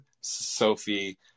Sophie